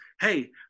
Hey